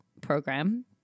program